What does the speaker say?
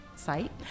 Site